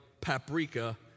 paprika